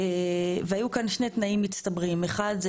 היו כאן שני תנאים מצטברים: אחד,